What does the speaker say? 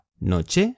noche